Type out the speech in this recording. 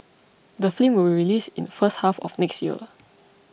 the film will be released in the first half of next year